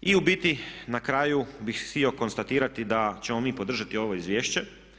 i u biti na kraju bih htio konstatirati da ćemo mi podržati ovo izvješće.